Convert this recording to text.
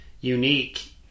unique